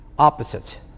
opposites